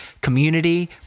community